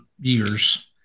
years